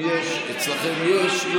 פה יש לנו הכול, אצלכם יש?